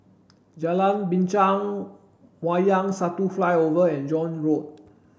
Jalan Binchang Wayang Satu Flyover and John Road